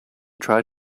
tried